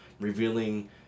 revealing